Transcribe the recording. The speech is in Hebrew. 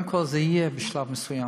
קודם כול, זה יהיה בשלב מסוים.